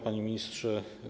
Panie Ministrze!